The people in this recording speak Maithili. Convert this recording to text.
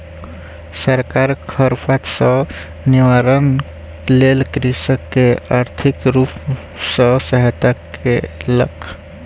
सरकार खरपात सॅ निवारणक लेल कृषक के आर्थिक रूप सॅ सहायता केलक